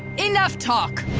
enough talk!